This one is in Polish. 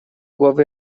głowy